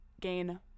gain